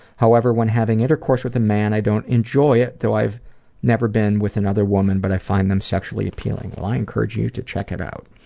however when having intercourse with a man i don't enjoy it though i've never been with another woman but i find them sexually appealing. well i encourage you to check that out.